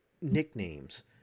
nicknames